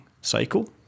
cycle